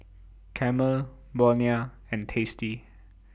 Camel Bonia and tasty